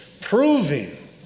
Proving